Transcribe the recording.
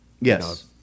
yes